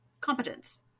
competence